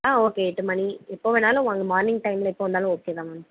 ஆ okay எட்டு மணி எப்போது வேணுனாலும் வாங்க மார்னிங் டைமில் எப்போது வந்தாலும் ஓகே தான் மேம்